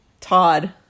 Todd